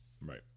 Right